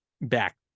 back